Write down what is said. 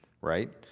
right